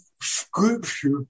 scripture